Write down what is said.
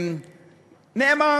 נאמר